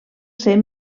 ser